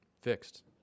fixed